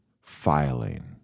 filing